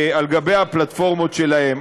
על הפלטפורמות שלהן.